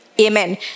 amen